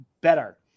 better